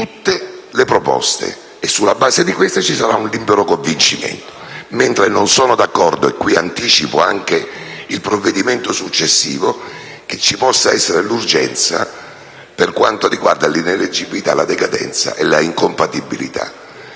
tutte le proposte, e sulla base di queste ci sarà un libero convincimento. Non sono inoltre d'accordo - e qui anticipo il giudizio sul provvedimento successivo - che ci possa essere l'urgenza per quanto riguarda l'ineleggibilità, la decadenza e l'incompatibilità.